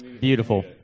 Beautiful